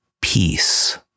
Peace